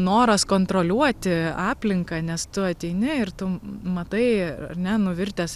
noras kontroliuoti aplinką nes tu ateini ir tu matai ar ne nuvirtęs